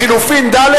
לחלופין ב'.